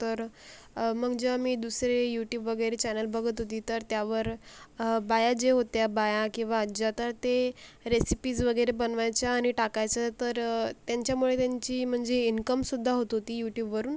तर मग जेव्हा मी दुसरे यूट्यूब वगैरे चॅनल बघत होती तर त्यावर बाया जे होत्या बाया किंवा आज्या तर ते रेसिपीज वगैरे बनवायच्या आणि टाकायच्या तर त्यांच्यामुळे त्यांची म्हणजे इन्कमसुद्धा होत होती यूट्यूबवरून